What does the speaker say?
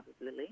lily